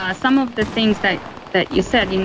ah some of the things that that you said, you know